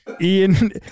Ian